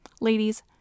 Ladies